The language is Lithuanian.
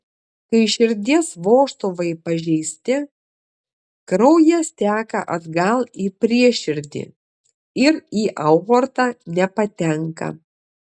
kai širdies vožtuvai pažeisti kraujas teka atgal į prieširdį ir į aortą nepatenka